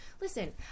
listen